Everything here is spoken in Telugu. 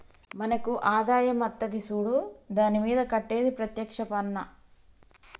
మనకు ఆదాయం అత్తది సూడు దాని మీద కట్టేది ప్రత్యేక్ష పన్నా